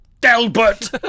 Delbert